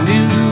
New